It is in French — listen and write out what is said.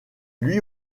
lui